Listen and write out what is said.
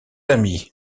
amis